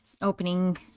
Opening